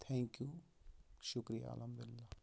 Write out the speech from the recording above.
تھیکنیوٗ شُکریہ الحمدُاللہ